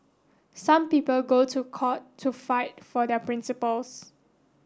some people go to court to fight for their principles